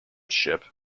ship